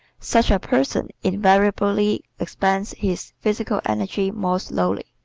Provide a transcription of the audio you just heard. such a person invariably expends his physical energy more slowly.